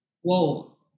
whoa